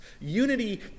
Unity